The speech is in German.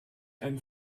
einen